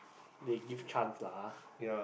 they give chance lah